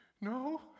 No